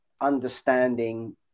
understanding